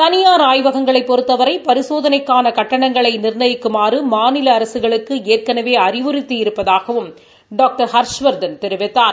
தனியார் ஆய்வகங்களைப் பொறுத்தவரை பரிசோதனைக்கான கட்டணங்களை நிா்ணயிக்குமாறு மாநில அரசுகளுக்கு ஏற்கனவே அறிவுறுத்தி இருப்பதாகவும் டாக்டர் ஹர்ஷவர்னத் தொவிவித்தார்